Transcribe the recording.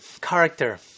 character